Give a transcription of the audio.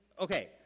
okay